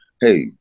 hey